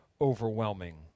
overwhelming